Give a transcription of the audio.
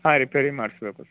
ಹಾಂ ರಿಪೇರಿ ಮಾಡಿಸ್ಬೇಕು